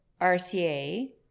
RCA